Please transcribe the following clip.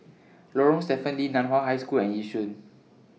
Lorong Stephen Lee NAN Hua High School and Yishun